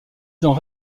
dents